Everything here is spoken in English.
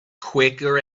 quicker